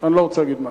אני לא רוצה להגיד מה.